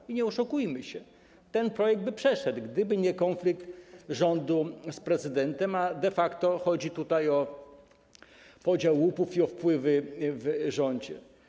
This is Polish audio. I nie oszukujmy się, ten projekt by przeszedł, gdyby nie konflikt rządu z prezydentem, a de facto chodzi tutaj o podział łupów i o wpływy w rządzie.